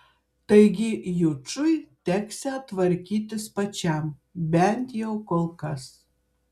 taigi jučui teksią tvarkytis pačiam bent jau kol kas